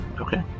Okay